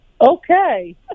Okay